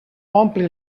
ompli